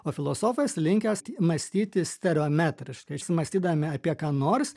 o filosofas linkęs mąstyti stereometriškai mąstydami apie ką nors